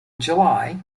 july